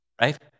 right